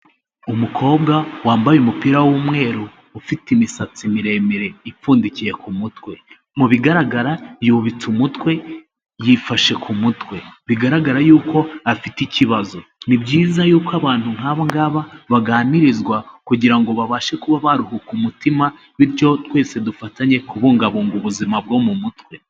Umukobwa wambaye umupira w'umweru ufite imisatsi miremire ipfundikiye ku kumutwe. Mubigaragara yubitse umutwe yifashe ku mutwe bigaragara yuko afite ikibazo nibyiza yuko abantu nkabo ngaba baganirizwa kugirango babashe kuba baruhuka umutima bityo twese dufatanye kubungabunga ubuzima bwo mu mutwe.